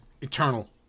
eternal